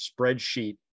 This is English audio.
spreadsheet